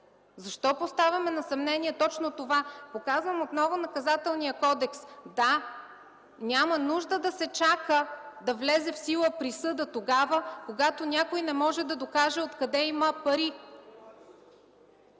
Защо поставяме на съмнение точно това? Показвам отново Наказателният кодекс – да, няма нужда да се чака да влезе в сила присъда, тогава когато някой не може да докаже откъде има пари.